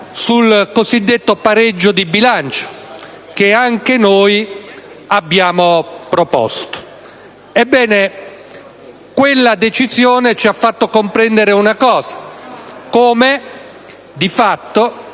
sul cosiddetto pareggio di bilancio, che anche noi abbiamo proposto. Ebbene, quelle decisioni ci hanno fatto comprendere una cosa: come